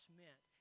meant